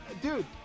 Dude